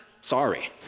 sorry